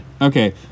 Okay